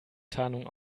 tarnung